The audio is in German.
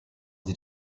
sie